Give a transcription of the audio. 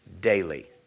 daily